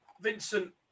Vincent